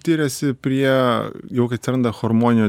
tiriasi prie jau kai atsiranda chormoninio